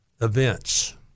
events